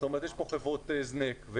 יש כאן חברות הזנק,